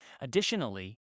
Additionally